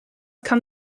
kann